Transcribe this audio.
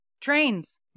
Trains